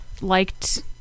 liked